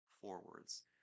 forwards